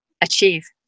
achieve